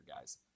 guys